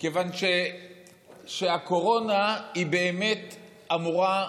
כיוון שהקורונה באמת אמורה,